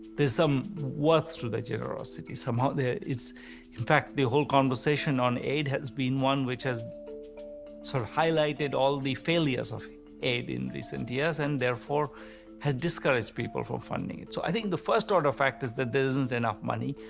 there's some worth to the generosity, somehow it's in fact, the whole conversation on aid has been one which has sort of highlighted all the failures of aid in recent years and therefore has discouraged people from funding it. so i think the first order fact is that there isn't enough money,